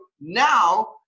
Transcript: now